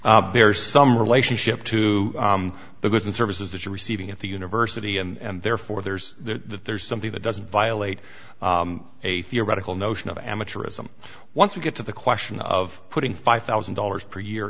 bears some relationship to the goods and services that you're receiving at the university and therefore there's the there's something that doesn't violate a theoretical notion of amateurism once you get to the question of putting five thousand dollars per year